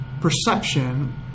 perception